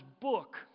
book